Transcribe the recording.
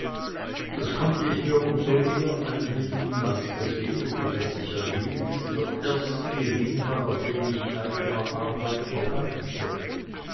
das konnte ich mir um so eher einbilden als das wenige das ich erhielt der erste gewinn war den ich eigener arbeit verdankte